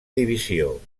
divisió